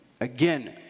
Again